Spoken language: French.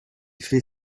fait